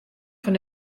fan